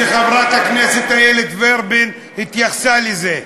וחברת הכנסת איילת ורבין התייחסה לזה,